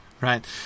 right